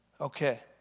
Okay